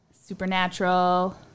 supernatural